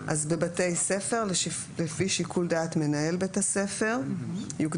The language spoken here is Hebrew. אז - בבתי ספר לפי שיקול דעת מנהל בית הספר יוקדש